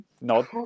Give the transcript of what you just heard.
nod